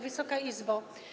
Wysoka Izbo!